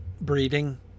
breeding